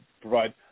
provide